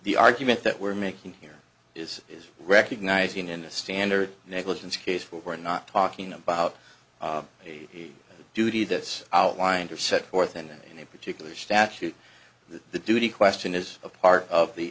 the argument that we're making here is recognizing in a standard negligence case but we're not talking about a duty that outlined or set forth in any particular statute that the duty question is a part of the